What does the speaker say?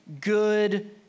good